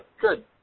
good